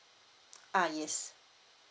uh yes